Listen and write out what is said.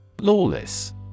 Lawless